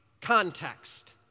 context